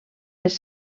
les